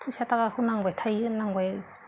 फैसा थाखाखौ नांबाय थायो नांबायो